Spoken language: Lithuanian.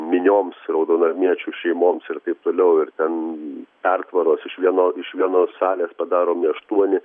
minioms raudonarmiečių šeimoms ir taip toliau ir ten pertvaros iš vieno iš vienos salės padaromi aštuoni